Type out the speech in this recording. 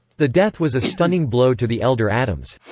the death was a stunning blow to the elder adams.